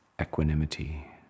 equanimity